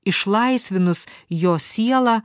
išlaisvinus jo sielą